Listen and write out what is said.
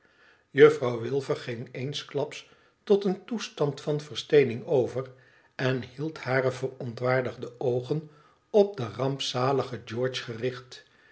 juffrouw wilfer ging eensklaps tot een toestand van versteening over en hield hare verontwaardigde oogen op den rampzaligen george gericht